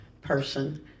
person